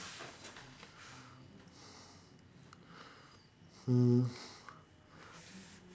mm